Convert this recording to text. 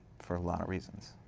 for a lot of reasons.